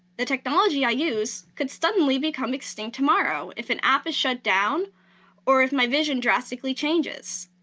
the technology i use could suddenly become extinct tomorrow if an app is shut down or if my vision drastically changes.